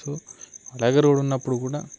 so అలాగే road ఉన్నపుడు కూడా